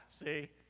see